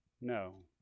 No